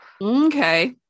okay